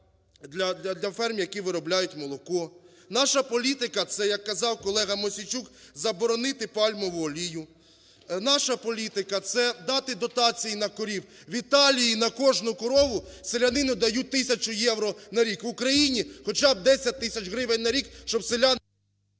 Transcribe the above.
для ферм, які виробляють молоко. Наша політика – це, як казав колега Мосійчук, заборонити пальмову олію. Наша політика – це дати дотації на корів. В Італії на кожну корову селянину дають тисячу євро на рік. В Україні – хоча б 10 тисяч гривень на рік, щоб…